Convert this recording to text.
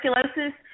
tuberculosis